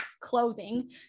clothing